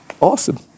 Awesome